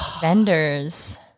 vendors